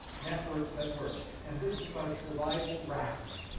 networks that work, and this is our survival raft.